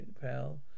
pal